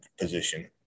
position